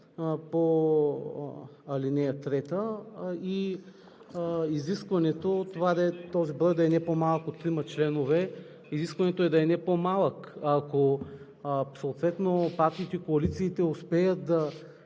по ал. 3 и изискването този брой да не е по-малко от трима членове. Изискването е да не е по-малък. Ако съответно партиите и коалициите успеят да